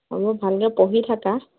সেইবােৰ ভালকৈ পঢ়ি থাকা